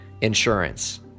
insurance